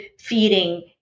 feeding